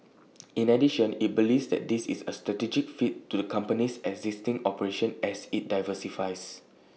in addition IT believes that this is A strategic fit to the company's existing operation as IT diversifies